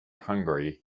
hungary